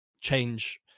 change